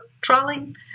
trawling